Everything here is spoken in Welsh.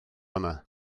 yma